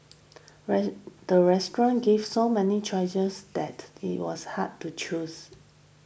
the restaurant gave so many choices that it was hard to choose